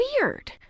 weird